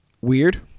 weird